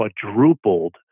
quadrupled